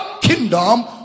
kingdom